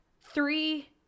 three